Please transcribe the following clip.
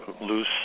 loose